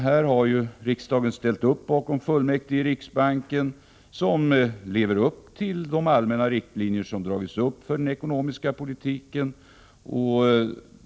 Här har riksdagen ställt upp bakom fullmäktige i riksbanken, som lever upp till de allmänna riktlinjer som dragits upp för den ekonomiska politiken.